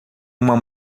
uma